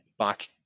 back